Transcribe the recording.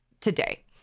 today